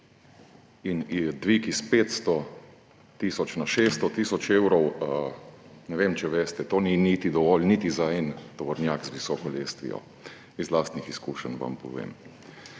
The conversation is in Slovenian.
In dvig s 500 tisoč na 600 tisoč evrov, ne vem, če veste, ni dovolj niti za en tovornjak z visoko lestvijo. Iz lastnih izkušenj vam povem.